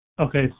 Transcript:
Okay